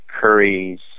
curries